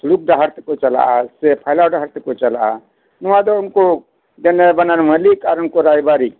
ᱥᱩᱲᱩᱠ ᱰᱟᱦᱟᱨ ᱛᱮᱠᱚ ᱪᱟᱞᱟᱜᱼᱟ ᱥᱮ ᱯᱷᱟᱭᱞᱟ ᱰᱟᱦᱟᱨ ᱛᱮᱠᱚ ᱪᱟᱞᱟᱜᱼᱟ ᱱᱚᱶᱟ ᱫᱚ ᱩᱱᱠᱩ ᱫᱮᱱᱮ ᱵᱟᱱᱟᱨ ᱢᱟᱹᱞᱤᱠ ᱟᱨ ᱩᱱᱠᱩ ᱨᱟᱭᱵᱟᱨᱤᱡᱽ